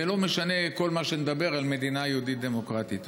ולא משנה כל מה שנדבר על מדינה יהודית ודמוקרטית.